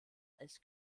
als